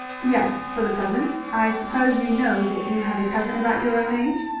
yes, for the present. i suppose you know that you have a cousin about your own age.